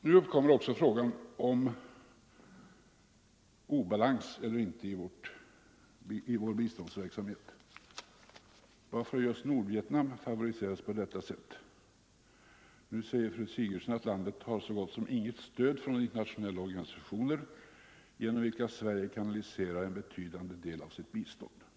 Här uppkommer också frågan om obalans eller inte i vår biståndsverksamhet. Varför har just Nordvietnam favoriserats på detta sätt? Nu säger fru Sigurdsen att det landet har så gott som inget stöd från de internationella organisationer genom vilka Sverige kanaliserar en betydande del av sitt bistånd.